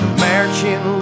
American